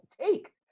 take